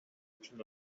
үчүн